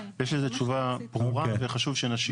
יש איזה תשובה ברורה וחשוב שנשיב עכשיו.